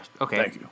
Okay